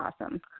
awesome